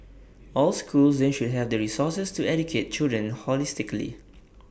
all schools then should have the resources to educate children holistically